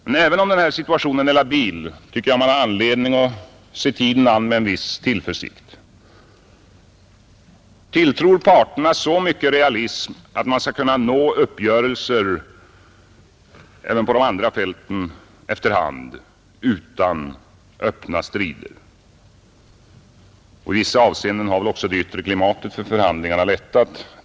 Men även om situationen är labil tycker jag att man har anledning att se tiden an med en viss tillförsikt och tilltro parterna så mycket realism att uppgörelser skall kunna nås även på de andra fälten efter hand utan öppna strider. I vissa avseenden har också det yttre klimatet för förhandlingarna lättat.